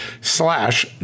slash